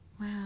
Wow